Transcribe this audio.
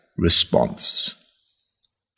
response